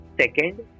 Second